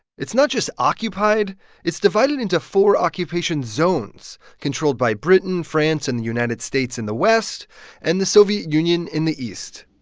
it's not just occupied it's divided into four occupation zones controlled by britain, france and the united states in the west and the soviet union in the east.